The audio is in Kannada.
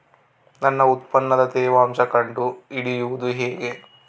ನನ್ನ ಉತ್ಪನ್ನದ ತೇವಾಂಶ ಕಂಡು ಹಿಡಿಯುವುದು ಹೇಗೆ?